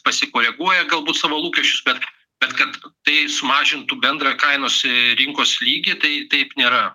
pasikoreguoja galbūt savo lūkesčius bet bet kad tai sumažintų bendrą kainos rinkos lygį tai taip nėra